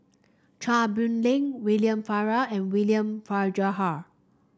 Chia Boon Leong William Farquhar and William Farquhar